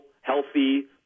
healthy